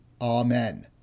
Amen